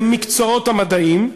במקצועות המדעים,